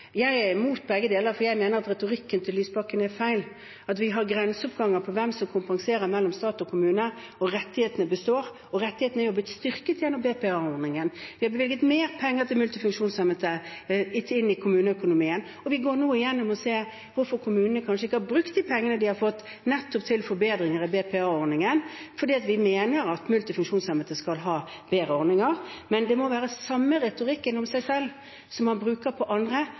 Jeg er imot begge deler, for jeg mener at retorikken til Lysbakken er feil, og at vi har grenseoppganger på hvem som kompenserer mellom stat og kommune, og rettighetene består. Rettighetene er jo blitt styrket gjennom BPA-ordningen. Vi har bevilget mer penger til multifunksjonshemmede inn i kommuneøkonomien, og vi går nå igjennom og ser på hvorfor kommunene kanskje ikke har brukt de pengene de har fått, nettopp til forbedringer i BPA-ordningen, fordi vi mener at multifunksjonshemmede skal ha bedre ordninger. Men det må være samme retorikk om en selv som den man bruker om andre,